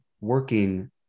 working